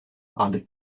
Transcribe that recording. under